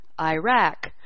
Iraq